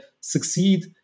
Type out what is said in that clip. succeed